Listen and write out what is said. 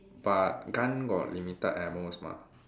but gun got limited ammos mah